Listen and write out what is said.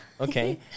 Okay